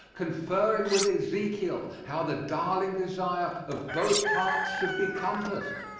conferring with ezekiel how the darling desire of both hearts should be compassed,